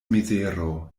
mizero